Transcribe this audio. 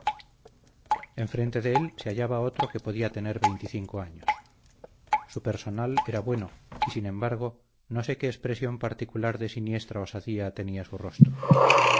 en frente de él se hallaba otro que podría tener veinticinco años su personal era bueno y sin embargo no sé qué expresión particular de siniestra osadía tenía su rostro